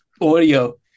audio